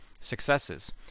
successes